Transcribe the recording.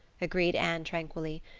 agreed anne tranquilly.